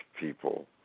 people